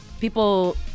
people